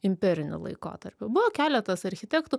imperiniu laikotarpiu buvo keletas architektų